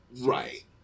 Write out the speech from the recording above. Right